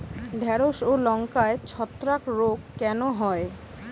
ঢ্যেড়স ও লঙ্কায় ছত্রাক রোগ কেন হয়?